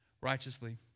righteously